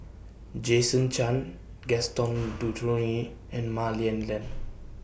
Jason Chan Gaston and Mah Lian Len